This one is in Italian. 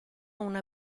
una